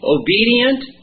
obedient